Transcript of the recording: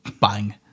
bang